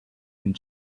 and